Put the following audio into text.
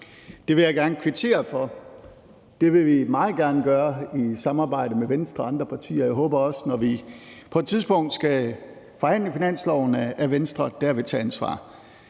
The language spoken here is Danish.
Det vil jeg gerne kvittere for. Det vil vi meget gerne gøre i samarbejde med Venstre og andre partier. Og jeg håber også, at Venstre, når vi på et tidspunkt skal forhandle finansloven, stadig væk tager ansvar.